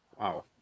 Wow